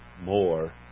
more